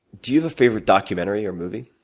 do you have a favorite documentary or movie?